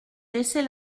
laisser